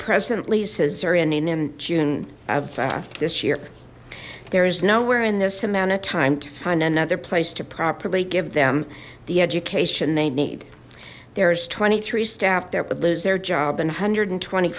present leases are ending in june of this year there is nowhere in this amount of time to find another place to properly give them the education they need there's twenty three staff that would lose their job and one hundred and twenty